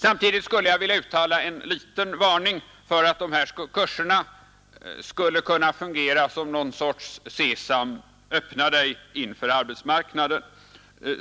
Samtidigt skulle jag vilja uttala en liten varning för att dessa kurser skulle kunna fungera som någon sorts ”Sesam, öppna dig” inför arbetsmarknaden.